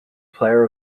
player